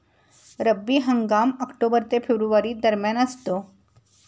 रब्बी हंगाम ऑक्टोबर ते फेब्रुवारी दरम्यान असतो